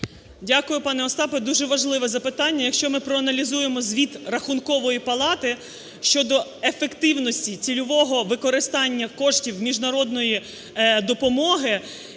Дякую, пане Остапе. Дуже важливе запитання. Якщо ми проаналізуємо звіт Рахункової палати щодо ефективності цільового використання коштів міжнародної допомоги